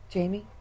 Jamie